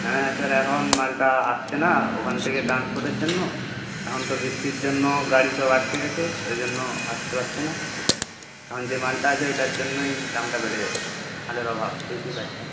হ্যাঁ স্যার এখন মালটা আসছে না ওখান থেকে ট্রান্সপোর্টের জন্য এখন তো বৃষ্টির জন্য গাড়ি সব আটকে গেছে ওই জন্য আসতে পারছে না এখন যে মালটা আছে ওইটার জন্যই দামটা বেড়ে যাচ্ছে মালের অভাব বুঝতেই পারছেন